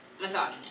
misogynist